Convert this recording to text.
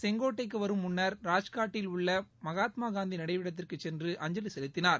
செங்கோட்டைக்கு வரும் முன்னர் ராஜ்காட்டில் உள்ள மகாத்மா காந்தி நினைவிடத்திற்கு சென்று அஞ்சலி செலுத்தினார்